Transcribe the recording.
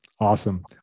Awesome